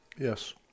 Yes